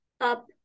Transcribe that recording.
up